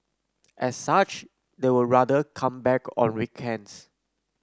as such they would rather come back on weekends